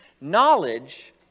Knowledge